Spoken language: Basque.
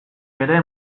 ere